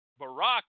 Barack